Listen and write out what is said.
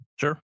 Sure